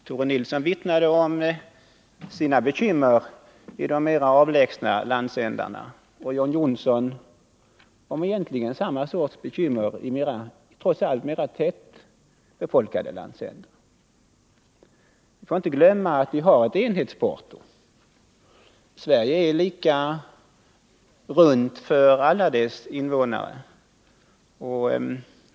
Tore Nilsson vittnade om sina bekymmeri de mer avlägsna landsändarna och John Johnsson om egentligen samma sorts bekymmer från sin trots allt mer tätbefolkade landsända. Vi får inte glömma att vi har ett enhetsporto — Sverige är lika runt för alla dess invånare.